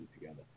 together